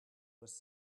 was